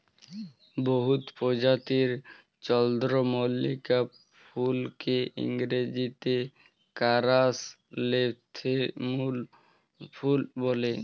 বহুত পরজাতির চল্দ্রমল্লিকা ফুলকে ইংরাজিতে কারাসলেথেমুম ফুল ব্যলে